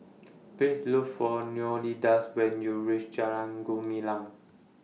Please Look For Leonidas when YOU REACH Jalan Gumilang